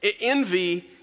envy